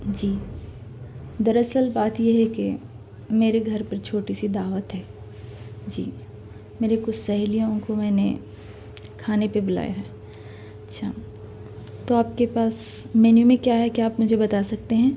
جی دراصل بات یہ ہے کہ میرے گھر پر چھوٹی سی دعوت ہے جی میری کچھ سہیلیوں کو میں نے کھانے پہ بلایا ہے اچھا تو آپ کے پاس مینو میں کیا ہے کیا آپ مجھے بتا سکتے ہیں